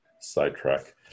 sidetrack